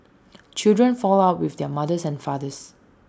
children fall out with their mothers and fathers